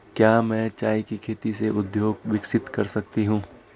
क्या मैं चाय की खेती से उद्योग विकसित कर सकती हूं?